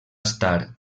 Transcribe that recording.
estar